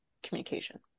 Communication